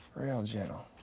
real gentle,